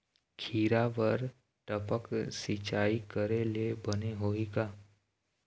खिरा बर टपक सिचाई करे ले बने होही का?